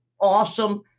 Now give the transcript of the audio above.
awesome